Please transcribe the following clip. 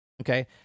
okay